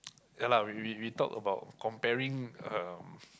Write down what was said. ya lah we we we talk about comparing um